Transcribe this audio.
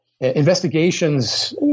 investigations